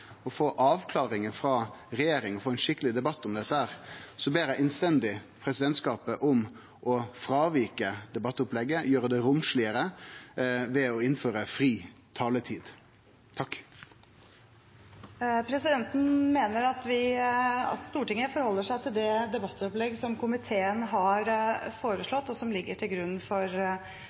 og få avklaringar frå regjeringa og ein skikkeleg debatt om dette, ber eg innstendig presidentskapet om å fråvike debattopplegget og gjere det romslegare ved å innføre fri taletid. Presidenten mener at Stortinget skal forholde seg til det debattopplegget som komiteen har foreslått, og som ligger til grunn for